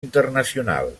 internacional